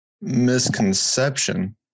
misconception